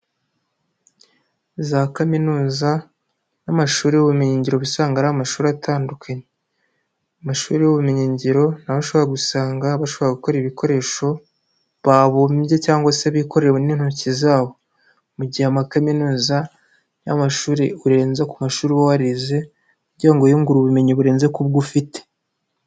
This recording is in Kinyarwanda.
Za kaminuza n'amashuri y'ubumenyingiro uba usanga ari amashuri atandukanye. Amashuri y'ubumenyingiro aho ushobora gusanga bashobora gukora ibikoresho babumbye cyangwa se bikoreye n'intoki zabo. Mu gihe ama kaminuza yo ari amashuri urenze ku mashuri uba warize kugira ngo wiyungure ubumenyi burenze kubwo ufite.